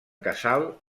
casal